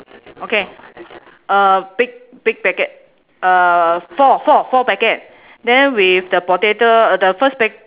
okay uh big big packet uh four four four packet then with the potato uh the first pack~